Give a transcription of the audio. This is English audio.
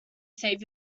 save